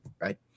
right